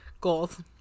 Goals